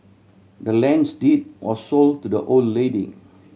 the land's deed was sold to the old lady